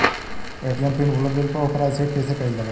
ATM PIN भूल गईल पर ओके रीसेट कइसे कइल जाला?